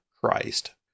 Christ